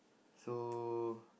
so